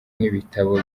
n’ibitabo